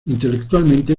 intelectualmente